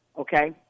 Okay